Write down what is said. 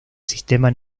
sistema